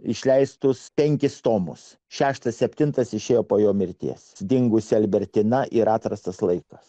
išleistus penkis tomus šeštas septintas išėjo po jo mirties dingusi albertina ir atrastas laikas